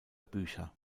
bücher